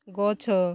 ଗଛ